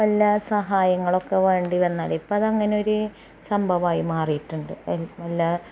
എല്ലാ സഹായങ്ങളൊക്കെ വേണ്ടി വന്നാലിപ്പതങ്ങനെ ഒരു സംഭവമായി മാറീട്ടുണ്ട് അതിന് എല്ലാ